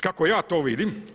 Kako ja to vidim.